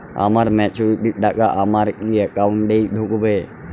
আমার ম্যাচুরিটির টাকা আমার কি অ্যাকাউন্ট এই ঢুকবে?